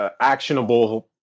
actionable